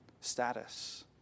status